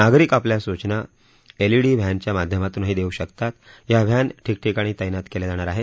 नागरिक आपल्या सूचना एलईडी व्हॅनच्या माध्यमातूनही देऊ शकतात या व्हॅन ठिकठिकाणी तैनात केल्या जाणार आहेत